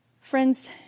Friends